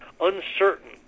uncertain